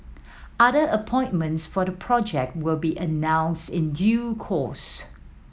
other appointments for the project will be announced in due course